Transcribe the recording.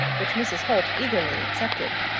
which mrs. holt eagerly accepted.